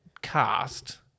cast